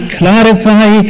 clarify